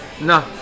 no